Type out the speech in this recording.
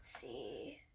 see